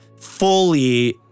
fully